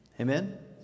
Amen